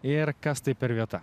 ir kas tai per vieta